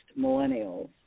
millennials